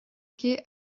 quai